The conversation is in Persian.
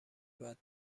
بعد